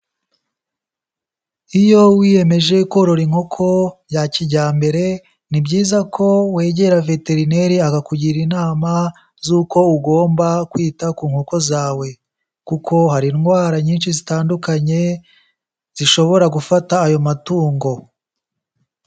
Iyo wiyemeje korora inkoko bya kijyambere, ni byiza ko wegera veterineri akakugira inama z'uko ugomba kwita ku nkoko zawe kuko hari indwara nyinshi zitandukanye, zishobora gufata ayo matungo.